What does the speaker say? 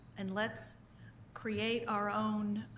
and let's create our own